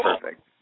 perfect